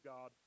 God